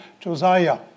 Josiah